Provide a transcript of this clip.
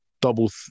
double